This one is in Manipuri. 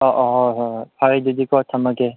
ꯑꯧ ꯑꯧ ꯍꯣꯏ ꯍꯣꯏ ꯍꯣꯏ ꯐꯔꯦ ꯑꯗꯨꯗꯤꯀꯣ ꯊꯝꯃꯒꯦ